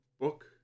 book